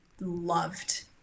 loved